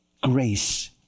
Grace